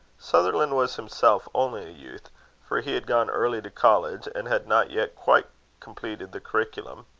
sutherland was himself only a youth for he had gone early to college, and had not yet quite completed the curriculum.